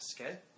okay